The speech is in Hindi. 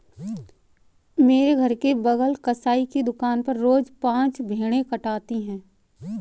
मेरे घर के बगल कसाई की दुकान पर रोज पांच भेड़ें कटाती है